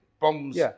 bombs